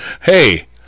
Hey